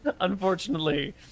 Unfortunately